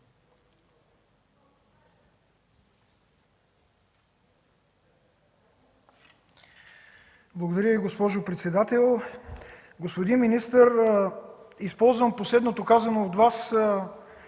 Благодаря, госпожо председател. Господин министър, използвам последното казано от Вас,